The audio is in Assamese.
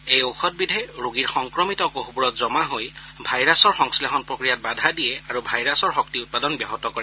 এই ঔষধবিধে ৰোগীৰ সংক্ৰমিত কোষবোৰত জমা হৈ ভাইৰাছৰ সংশ্লেষণ প্ৰক্ৰিয়াত বাধা দিয়ে আৰু শক্তি উৎপাদন ব্যাহত কৰে